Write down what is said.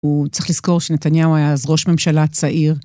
הוא צריך לזכור שנתניהו היה אז ראש ממשלה צעיר